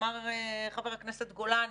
אמר חבר הכנסת גולן,